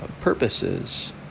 purposes